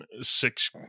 six